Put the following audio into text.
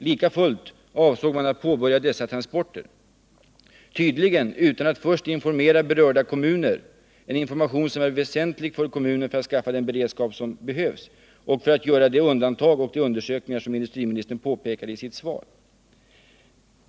Likafullt avsåg man att påbörja dessa transporter — tydligen utan att först informera berörda kommuner, en information som är väsentlig för kommunen när det gäller att ordna den beredskap som behövs för att kommunen skall kunna göra de undantag och de undersökningar som industriministern påpekade i sitt svar.